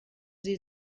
sie